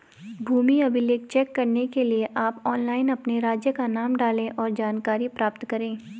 भूमि अभिलेख चेक करने के लिए आप ऑनलाइन अपने राज्य का नाम डालें, और जानकारी प्राप्त करे